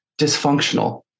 dysfunctional